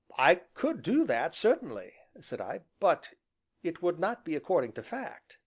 i could do that, certainly, said i, but it would not be according to fact